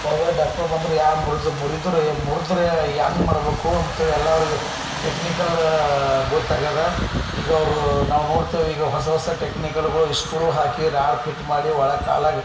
ಒಳ್ಳೆ ಒಳ್ಳೆ ಡಾಕ್ಟ್ರು ಬಂದ್ರು ಯಾ ಮುರ್ದು ಮುರಿದರು ಏ ಮುರಿದ್ರೆ ಹ್ಯಾಂಗೆ ಮಾಡಬೇಕು ಅಂಥೇಳಿ ಎಲ್ಲ ಅವ್ರಿಗೆ ಟೆಕ್ನಿಕಲ್ ಗೊತ್ತಾಗಿದೆ ಈಗ ಅವರು ನಾವು ನೋಡ್ತೇವೆ ಈಗ ಹೊಸ ಹೊಸ ಟೆಕ್ನಿಕಲ್ಗಳು ಈ ಸ್ಕ್ರೂ ಹಾಕಿ ರಾಡ್ ಫಿಟ್ ಮಾಡಿ ಒಳಗೆ ಕಾಲಾಗೆ